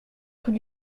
rue